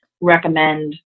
recommend